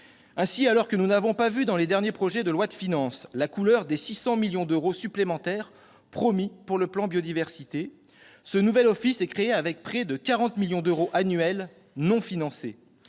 Ainsi, alors que nous n'avons pas vu dans le dernier projet de loi de finances la couleur des 600 millions d'euros supplémentaires promis pour le plan Biodiversité, ce nouvel office est créé avec près de 40 millions d'euros annuels non financés.